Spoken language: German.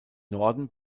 norden